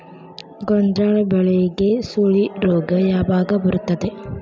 ಗೋಂಜಾಳ ಬೆಳೆಗೆ ಸುಳಿ ರೋಗ ಯಾವಾಗ ಬರುತ್ತದೆ?